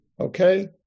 Okay